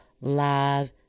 live